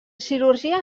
cirurgia